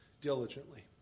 diligently